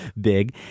big